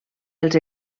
els